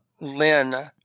Lynn